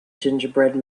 gingerbread